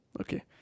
okay